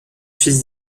fils